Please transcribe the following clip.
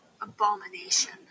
abomination